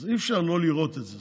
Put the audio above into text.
ואי-אפשר לא לראות את זה.